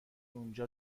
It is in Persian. اونجا